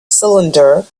cylinder